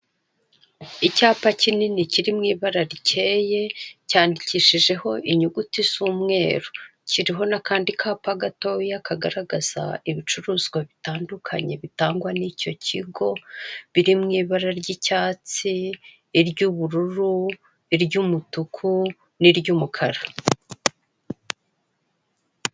Icyapa kinini kiri mu ibara rikeye cyandikishijeho inyuguti z'umweru, kiriho n'akandi kapa gatoya kagaragaza ibicuruzwa bitandukanye bitangwa n'icyo kigo biri mu ibara ry'icyatsi, iry'ubururu, iry'umutuku n'iry'umukara.